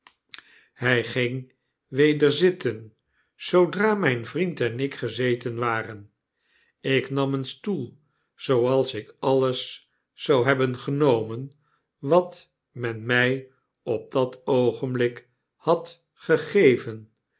hij ging weder zitten zoodra mijn vriend en ik gezeten waren ik nam een stoel zooals ik alles zou hebben genomen wat men mij op dat oogenblik had gegeven